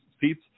seats